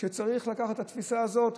וצריך לקחת את התפיסה הזאת.